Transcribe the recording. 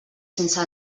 sense